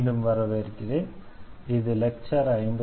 மீண்டும் வரவேற்கிறேன் இது லெக்சர் 57